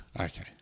Okay